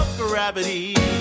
gravity